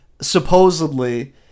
supposedly